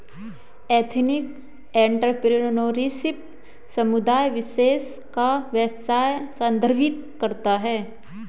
ethnic entrepreneurship समुदाय विशेष का व्यवसाय संदर्भित करता है